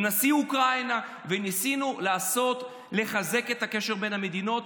נשיא אוקראינה וניסינו לחזק את הקשר בין המדינות,